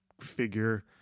figure